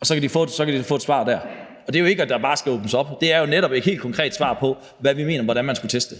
og så kan de få et svar der. Det er jo ikke, at der bare skal åbnes op. Det er jo netop et helt konkret svar på, hvad vi mener om, hvordan man skulle teste.